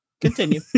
continue